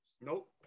Nope